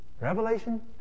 Revelation